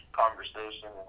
conversation